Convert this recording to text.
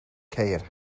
ceir